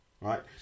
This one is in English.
right